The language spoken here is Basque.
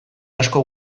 asko